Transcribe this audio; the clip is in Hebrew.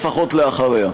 לפחות לאחריה.